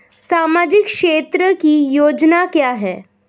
सामाजिक क्षेत्र की योजना क्या है?